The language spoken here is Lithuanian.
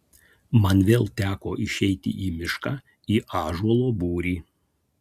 man vėl teko išeiti į mišką į ąžuolo būrį